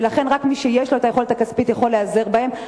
ולכן רק מי שיש לו היכולת הכספית יכול להיעזר בהם.